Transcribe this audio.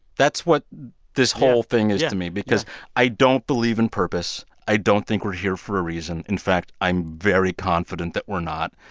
that's what this whole thing is to me because i don't believe in purpose i don't think we're here for a reason. in fact, i'm very confident that we're not.